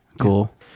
Cool